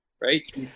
right